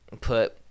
put